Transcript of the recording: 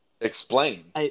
Explain